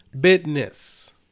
Business